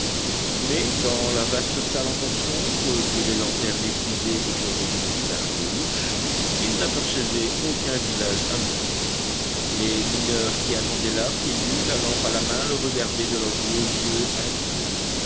mais dans la vaste salle encore sombre que les lanternes épuisées éclairaient d'une clarté louche il n'apercevait aucun visage ami les mineurs qui attendaient là pieds nus la lampe à la main le regardaient de leurs gros yeux inquiets